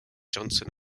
johnson